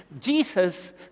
Jesus